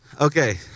Okay